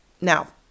Now